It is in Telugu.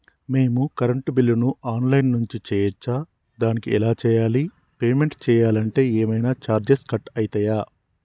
మేము కరెంటు బిల్లును ఆన్ లైన్ నుంచి చేయచ్చా? దానికి ఎలా చేయాలి? పేమెంట్ చేయాలంటే ఏమైనా చార్జెస్ కట్ అయితయా?